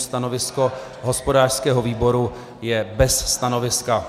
Stanovisko hospodářského výboru je bez stanoviska.